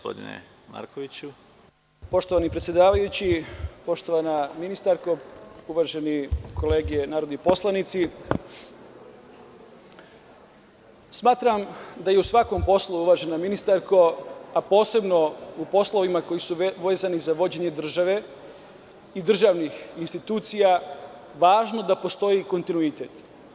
Poštovani predsedavajući, poštovana ministarko, uvažene kolege narodni poslanici, smatram da u svakom poslu, a posebno u poslovima koji su vezani za vođenje države i državnih institucija, važno je da postoji kontinuitet.